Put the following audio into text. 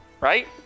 right